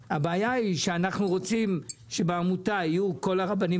אנחנו רוצים שבוועדה יהיו כל הרבנים